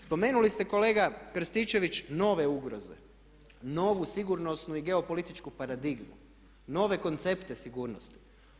Spomenuli ste kolega Krstičević nove ugroze, novu sigurnosnu i geopolitičku paradigmu, nove koncepte sigurnosti.